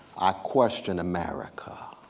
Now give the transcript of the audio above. i question america.